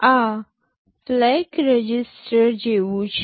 આ flag register જેવું છે